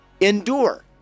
Endure